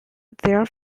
their